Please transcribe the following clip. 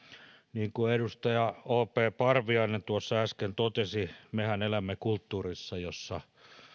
niin kuin edustaja o p parviainen äsken totesi mehän elämme kulttuurissa jossa